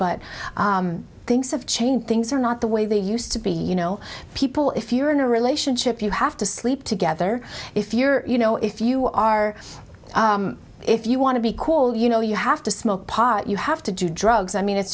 but things have changed things are not the way they used to be you know people if you're in a relationship you have to sleep together if you're you know if you are if you want to be cool you know you have to smoke pot you have to do drugs i mean it's